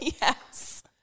Yes